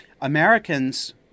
Americans